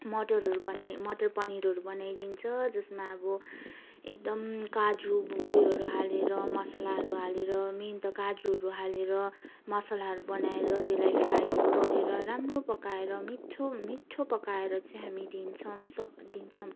मटरहरू बनाई मटर पनिरहरू बनाइदिन्छौँ जसमा अब एकदम काजु उयोहरू हालेर मसलाहरू हालेर मेन त काजुहरू हालेर मसलाहरू बनाएर त्यसलाई फ्राईहरू गरेर राम्रो पकाएर मिठो मिठो पकाएर चाहिँ हामी दिन्छौँ स दिन्छौँ